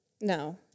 No